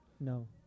No